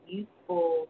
useful